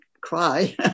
cry